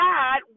God